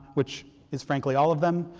which is frankly all of them.